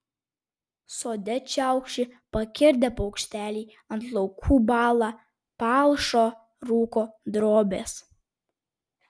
sode čiaukši pakirdę paukšteliai ant laukų bąla palšo rūko drobės